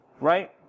Right